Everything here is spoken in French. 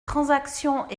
transactions